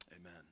Amen